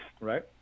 right